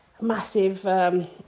massive